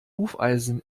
hufeisen